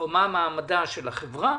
מה מעמדה של החברה?